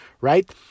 right